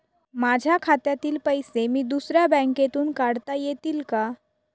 माझ्या खात्यातील पैसे मी दुसऱ्या बँकेतून काढता येतील का?